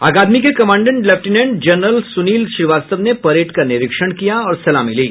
अकादमी के commandant lieutenant general Sunil Srivastava ने parade का निरीक्षण किया और शलामी ली